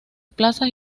plazas